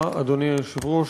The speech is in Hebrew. אדוני היושב-ראש,